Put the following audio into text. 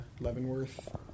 Leavenworth